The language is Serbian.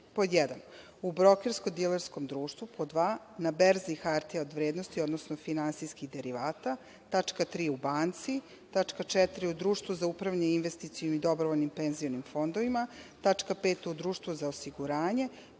1. u brokerskom dilerskom društvu, pod 2. na berzi hartija od vrednosti, odnosno finansijski derivata, tačka 3. u banci, tačka 4. u društvu za upravljanje investicionih i dobrovoljnih penzionih fondovima, tačka 5. u društvu za osiguranje,